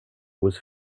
was